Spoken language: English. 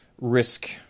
risk